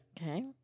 Okay